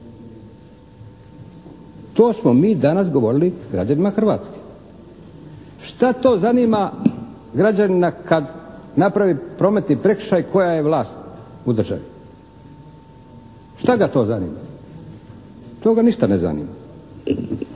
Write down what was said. To smo mi danas govorili građanima Hrvatske. Šta to zanima građanina kad napravi prometni prekršaj koja je vlast u državi? Šta ga to zanima? To ga ništa ne zanima.